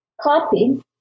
copy